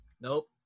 Nope